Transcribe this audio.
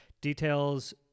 Details